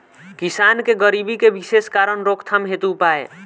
किसान के गरीबी के विशेष कारण रोकथाम हेतु उपाय?